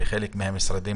ובחלק מהמשרדים,